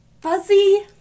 Fuzzy